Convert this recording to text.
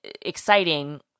exciting –